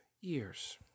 years